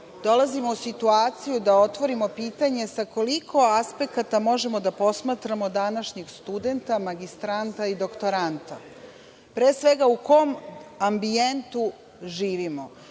dolazimo u situaciju da otvorimo pitanje sa koliko aspekata možemo da posmatramo današnjeg studenta, magistranta i doktoranta. Pre svega, u kom ambijentu živimo?